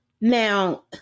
Now